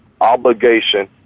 obligation